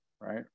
right